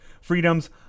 freedoms